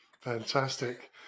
Fantastic